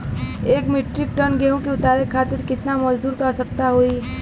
एक metric ton गेहूँ के उतारे खातीर कितना मजदूर क आवश्यकता होई?